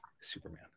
Superman